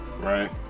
right